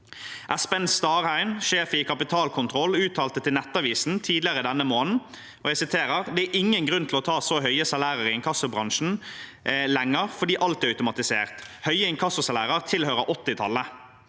Espen Starheim, sjef i KapitalKontroll, uttalte til Nettavisen tidligere denne måneden: «Det er ingen grunn til å ta høye salærer i inkassobransjen lenger fordi alt er automatisert.» Og videre: «Høye inkassosalærer tilhører 80-tallet.»